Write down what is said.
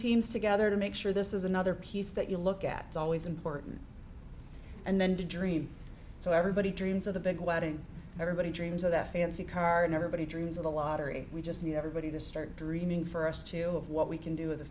seems together to make sure this is another piece that you look at always important and then dream so everybody dreams of the big wedding everybody dreams of that fancy car and everybody dreams of the lottery we just need everybody to start dreaming for us to have what we can do in the